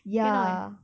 can [what]